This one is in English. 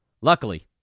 Luckily